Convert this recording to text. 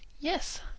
Yes